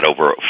over